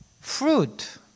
fruit